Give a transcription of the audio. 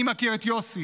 אני מכיר את יוסי,